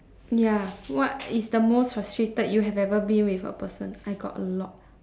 ya what is the most frustrated you have ever been with a person I got a lot